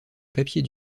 papiers